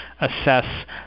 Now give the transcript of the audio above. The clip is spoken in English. assess